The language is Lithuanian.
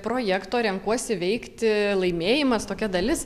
projekto renkuosi veikti laimėjimas tokia dalis